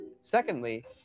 Secondly